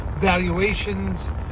valuations